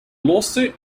lawsuit